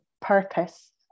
purpose